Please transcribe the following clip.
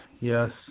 yes